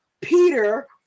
Peter